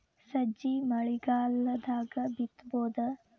ಸಜ್ಜಿ ಮಳಿಗಾಲ್ ದಾಗ್ ಬಿತಬೋದ?